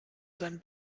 sein